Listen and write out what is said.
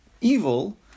evil